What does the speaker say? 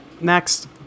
Next